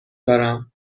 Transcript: دارم